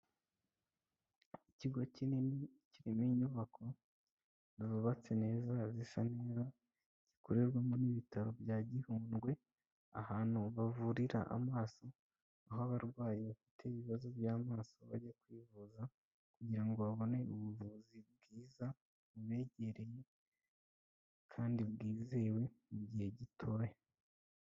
Ikigo kinini kirimo inyubako zubatse neza, zisa n' zikorerwamo n'ibitaro bya Gihundwe, ahantu bavurira amaso, aho abarwayi bafite ibibazo by'amaso bajya kwivuza kugira ngo babone ubuvuzi bwiza, bubegereye kandi bwizewe mu gihe gitoya.